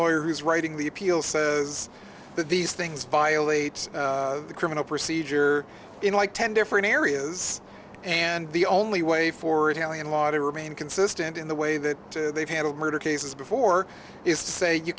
lawyer who's writing the appeal says that these things violates the criminal procedure in like ten different areas and the only way forward now in law to remain consistent in the way that they've handled murder cases before is to say you